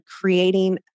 creating